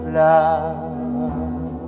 love